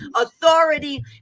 authority